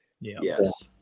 Yes